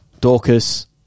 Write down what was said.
Dorcas